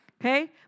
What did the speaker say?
Okay